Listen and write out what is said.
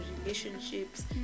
relationships